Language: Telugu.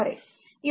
ఇప్పుడుచిత్రం 2